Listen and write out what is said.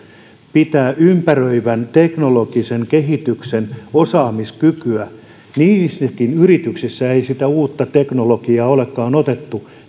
pitää yllä ympäröivän teknologisen kehityksen osaamiskykyä ja edellytyksiä niissäkin yrityksissä joissa ei uutta teknologiaa olekaan otettu